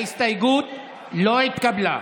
ההסתייגות לא התקבלה.